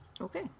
Okay